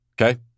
Okay